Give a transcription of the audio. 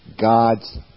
God's